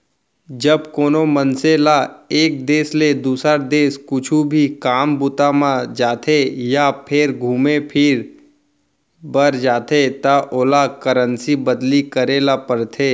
जब कोनो मनसे ल एक देस ले दुसर देस कुछु भी काम बूता म जाथे या फेर घुमे फिरे बर जाथे त ओला करेंसी बदली करे ल परथे